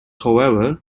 however